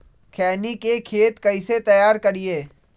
खैनी के खेत कइसे तैयार करिए?